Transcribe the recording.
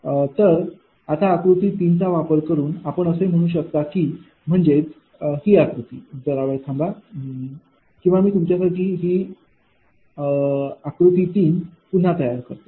तर आता आकृती तीन चा वापर करून आपण असे म्हणू शकतो कीम्हणजेच ही आकृती जरा वेळ थांबा किंवा मी तुमच्यासाठी ही आकृती तीन पुन्हा तयार करतो